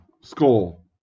Skull